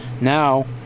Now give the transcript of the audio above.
now